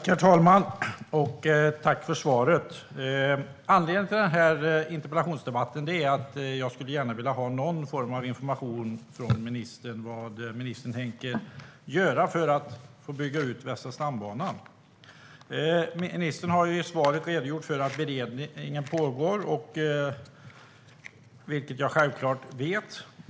Herr talman! Tack för svaret! Anledningen till interpellationsdebatten är att jag gärna skulle vilja ha någon form av information från ministern om vad ministern tänker göra för att bygga ut Västra stambanan. Ministern har i svaret redogjort för att beredningen pågår, vilket jag självklart vet.